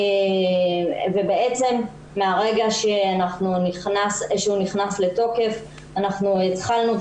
בעצם מהרגע שהוא נכנס לתוקף התחלנו את